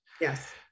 Yes